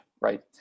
right